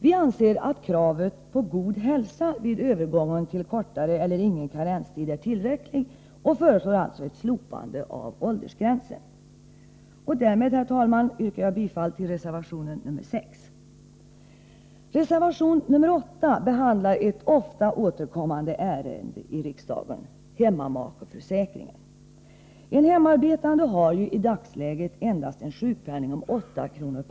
Vi anser att kravet på god hälsa vid övergången till kortare eller ingen karenstid är tillräckligt och föreslår alltså ett slopande av åldersgränsen. Därmed, herr talman, yrkar jag bifall till reservation nr 6. I reservation nr 8 behandlas ett i riksdagen ofta återkommande ärende, hemmamakeförsäkringen. En hemarbetande har ju i dagsläget en sjukpenning på endast 8 kr.